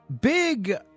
big